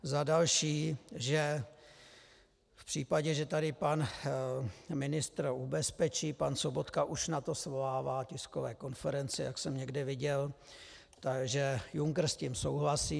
Za další, že v případě, že tady pan ministr ubezpečí, pan Sobotka už na to svolává tiskové konference, jak jsem někde viděl Juncker s tím souhlasí.